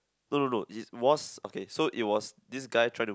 no no no it was okay it was this guy trying to